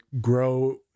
grow